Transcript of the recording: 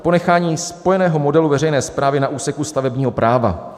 Ponechání spojeného modelu veřejné správy na úseku stavebního práva.